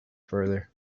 further